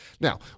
Now